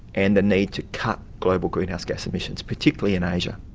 and the need to cut global greenhouse gas emissions, particularly in asia.